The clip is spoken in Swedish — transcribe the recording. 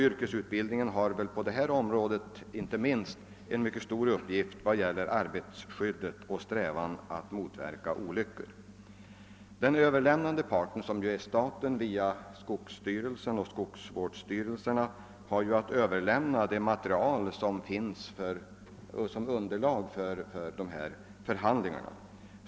Yrkesutbildningen har inte minst på detta område en mycket stor uppgift i vad gäller arbetarskyddet och strävan att motverka olyckor. Den överlämnande parten, som är staten via skogsstyrelsen och skogsvårdsstyrelserna, har att överlämna det material som finns som underlag för dessa förhandlingar. Landstingen har ju inget eget material i denna fråga.